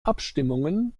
abstimmungen